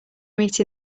meet